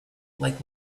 like